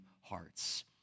hearts